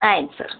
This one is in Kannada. ಆಯ್ತು ಸರ್